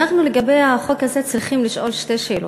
לגבי החוק הזה אנחנו צריכים לשאול שתי שאלות.